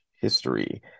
history